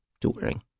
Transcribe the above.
touring